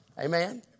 Amen